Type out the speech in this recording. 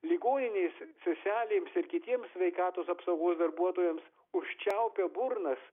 ligoninės seselėms ir kitiems sveikatos apsaugos darbuotojams užčiaupė burnas